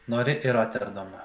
nori į roterdamą